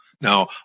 Now